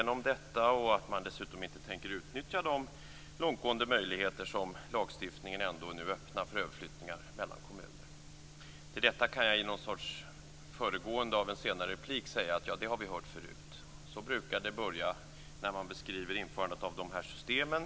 De kommer säkert att säga att man dessutom inte tänker utnyttja de långtgående möjligheter som lagstiftningen nu ändå öppnar för när det gäller överflyttningar mellan kommuner. Till detta kan jag i något slags föregående av en senare replik säga att det har vi hör förut. Så brukar det börja när man beskriver införandet av de här systemen.